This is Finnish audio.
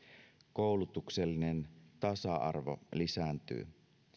koulutuksellinen tasa arvo lisääntyy